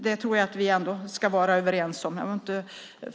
Det tror jag att vi ändå ska vara överens om.